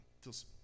feels